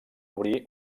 obrí